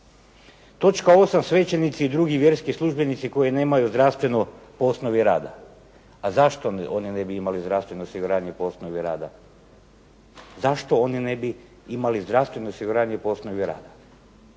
Točka 8. svećenici i drugi vjerski službenici koji nemaju zdravstveno po osnovi rada. A zašto oni ne bi imali zdravstveno osiguranje po osnovi rada? Zašto oni ne bi imali zdravstveno osiguranje po osnovi rada?